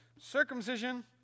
Circumcision